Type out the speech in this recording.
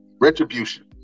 Retribution